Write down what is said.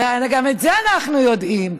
הרי גם את זה אנחנו יודעים.